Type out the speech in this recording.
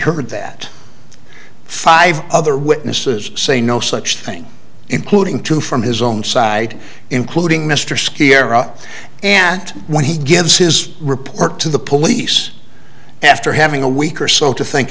heard that five other witnesses say no such thing including two from his own side including mr ski area and when he gives his report to the police after having a week or so to think